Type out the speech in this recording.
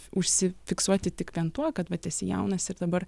užsifiksuoti tik vien tuo kad vat esi jaunas ir dabar